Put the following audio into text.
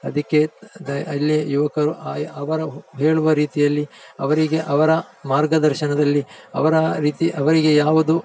ಅದಕ್ಕೆ ದ ಅಲ್ಲಿಯ ಯುವಕರು ಆ ಅವರು ಹೇಳುವ ರೀತಿಯಲ್ಲಿ ಅವರಿಗೆ ಅವರ ಮಾರ್ಗದರ್ಶನದಲ್ಲಿ ಅವರ ರೀತಿ ಅವರಿಗೆ ಯಾವುದು